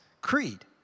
creed